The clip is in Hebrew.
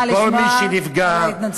אני שמחה לשמוע את ההתנצלות.